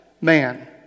man